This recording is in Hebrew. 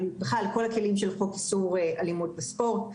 בכלל כל הכלים של חוק איסור אלימות בספורט,